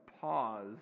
pause